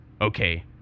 okay